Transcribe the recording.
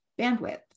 bandwidth